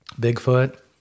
Bigfoot